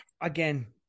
again